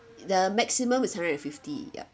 the maximum is hundred and fifty yup